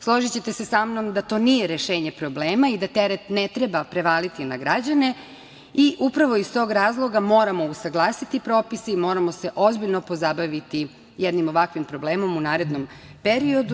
Složićete se sa mnom da to nije rešenje problema i da teret ne treba prevaliti na građane i upravo i uz tog razloga moramo usaglasiti propise i moramo se ozbiljno pozabaviti jednim ovakvim problemom u narednom periodu.